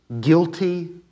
Guilty